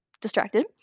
distracted